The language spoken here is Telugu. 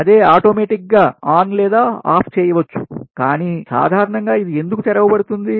అది ఆటోమేటిక్ గా ఆన్ లేదా ఆఫ్ చేయవచ్చు కానీ సాధారణంగా ఇది ఎందుకు తెరవబడుతుంది